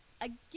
Again